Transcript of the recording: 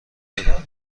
بده